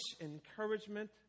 encouragement